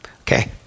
Okay